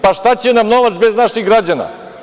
Pa, šta će nam novac bez naših građana?